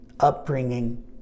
upbringing